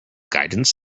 guidance